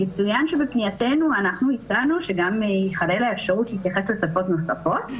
יצוין שבפנייתנו אנחנו הצענו שגם תיכלל האפשרות להתייחס לשפות נוספות.